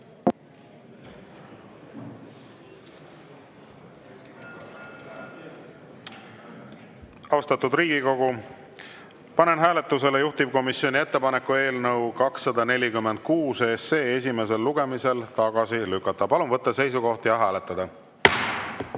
Austatud Riigikogu, panen hääletusele juhtivkomisjoni ettepaneku eelnõu 246 esimesel lugemisel tagasi lükata. Palun võtta seisukoht ja hääletada!